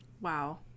Wow